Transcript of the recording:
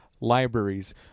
libraries